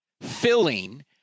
filling